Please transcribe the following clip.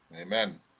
Amen